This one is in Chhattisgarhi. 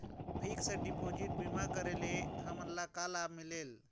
फिक्स डिपोजिट बीमा करे ले हमनला का लाभ मिलेल?